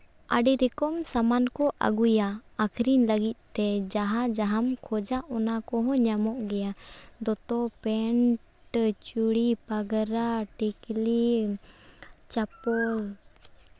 ᱟᱹᱰᱤ ᱨᱚᱠᱚᱢ ᱥᱟᱢᱟᱱ ᱠᱚ ᱟᱹᱜᱩᱭᱟ ᱟᱹᱠᱷᱨᱤᱧ ᱞᱟᱹᱜᱤᱫ ᱛᱮ ᱡᱟᱦᱟᱸᱢ ᱠᱷᱚᱡᱟ ᱚᱱᱟ ᱠᱚ ᱦᱚᱸ ᱧᱟᱢᱚᱜ ᱜᱮᱭᱟ ᱫᱚᱛᱚ ᱯᱮᱱᱴ ᱪᱩᱲᱤ ᱯᱟᱜᱽᱨᱟ ᱴᱤᱠᱞᱤ ᱪᱟᱯᱚᱞ